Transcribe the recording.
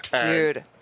Dude